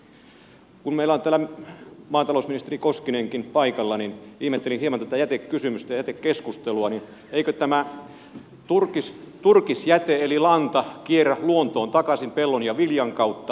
kun meillä on täällä maatalousministeri koskinenkin paikalla ja kun ihmettelin hieman tätä jätekysymystä ja jätekeskustelua niin eikö tämä turkisjäte eli lanta kierrä luontoon takaisin pellon ja viljan kautta